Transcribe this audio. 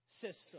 System